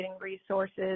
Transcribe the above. resources